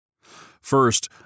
First